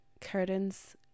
curtains